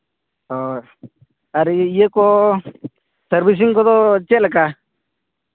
ᱦᱳᱭ ᱟᱨ ᱤᱭᱟᱹ ᱠᱚ ᱥᱟᱨᱵᱷᱤᱥᱤᱝ ᱠᱚᱫᱚ ᱪᱮᱫ ᱞᱮᱠᱟ